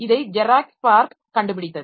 இதை Xerox PARC கண்டுபிடித்தது